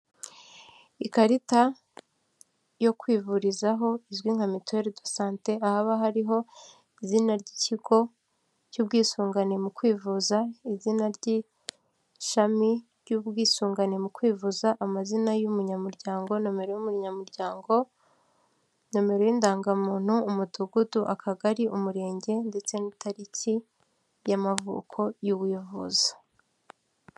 Ikarita yo kwivurizaho izwi nka mituweli de sante , ahaba hariho izina ry'ikigo cy'ubwisungane mu kwivuza izina ry'ishami ry'ubwisungane mu kwivuza amazina y'umunyamuryango nomero y'umunyamuryango nomero y'indangamuntu umudugudu akagari umurenge ndetse n'itariki y'amavuko y'uwivuza .